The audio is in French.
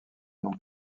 non